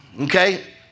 okay